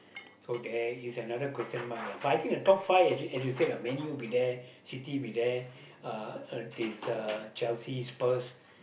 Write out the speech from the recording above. so there is another question mark lah but the top five is as as you said Man-U will be there City will be there uh uh this uh Chelsea Spurs